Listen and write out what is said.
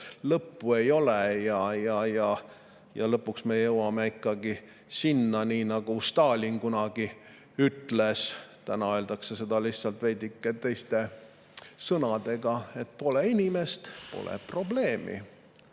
lõppu ei ole ja lõpuks me jõuame ikkagi selleni, nagu Stalin kunagi ütles – täna öeldakse seda lihtsalt veidike teiste sõnadega –, et pole inimest, pole probleemi.